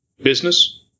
business